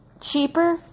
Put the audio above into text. cheaper